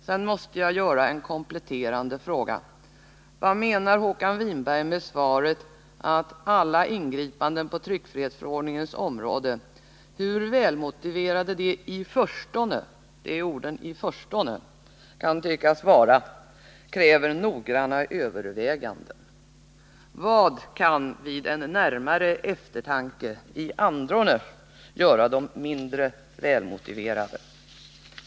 Sedan måste jag ställa en kompletterande fråga: Vad menar Håkan Winberg med uttalandet att alla ingripanden på tryckfrihetens område, hur välmotiverade de i förstone kan tyckas vara, kräver noggranna överväganden? Vad kan vid en närmare eftertanke i andanom göra dem mindre välmotiverade?